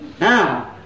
now